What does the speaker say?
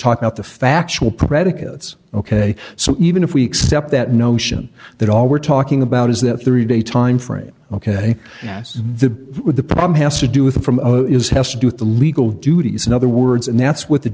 talk about the factual predicates ok so even if we accept that notion that all we're talking about is that thirty day timeframe ok yes the the problem has to do with the from is has to do with the legal duties in other words and that's what the